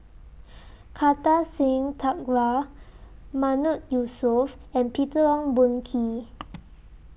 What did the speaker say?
Kartar Singh Thakral Mahmood Yusof and Peter Ong Boon Kwee